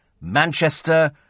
Manchester